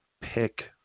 pick